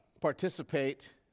participate